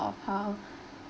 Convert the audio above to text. of how